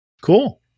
Cool